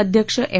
अध्यक्ष एम